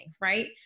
Right